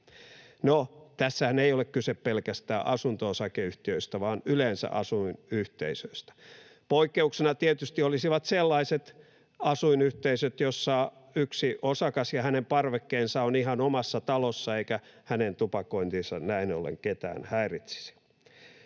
No, tässähän ei ole kyse pelkästään asunto-osakeyhtiöistä, vaan yleensä asuinyhteisöistä. Poikkeuksena tietysti olisivat sellaiset asuinyhteisöt, jossa yksi osakas ja hänen parvekkeensa on ihan omassa talossa eikä hänen tupakointinsa näin ollen ketään häiritsisi.